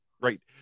right